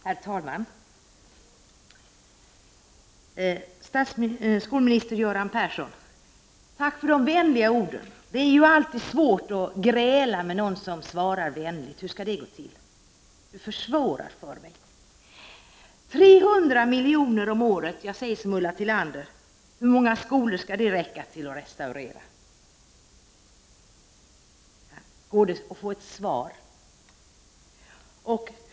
Herr talman! Tack, skolminister Göran Persson, för de vänliga orden. Det är alltid svårt att gräla med någon som svarar vänligt. Hur skall det gå till? Göran Persson försvårar det för mig! Jag säger som Ulla Tillander: Hur många skolor skall dessa 300 miljoner räcka till att restaurera? Går det att få ett svar?